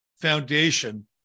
foundation